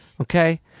Okay